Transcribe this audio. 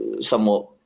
somewhat